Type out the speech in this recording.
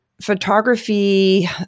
photography